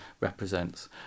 represents